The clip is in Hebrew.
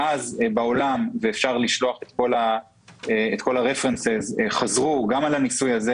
מאז בעולם ואפשר לשלוח את כל הרפרנסים חזרו על הניסוי הזה